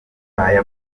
aya